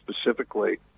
specifically